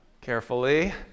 Carefully